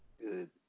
Good